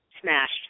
smashed